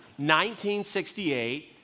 1968